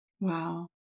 Wow